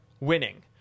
winning